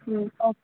okay